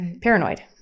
paranoid